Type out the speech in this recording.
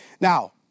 Now